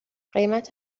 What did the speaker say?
قیمت